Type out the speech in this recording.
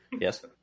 Yes